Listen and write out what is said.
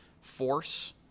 force